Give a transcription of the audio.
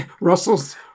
Russell's